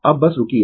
अब बस रूकिये